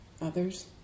others